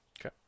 Okay